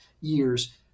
years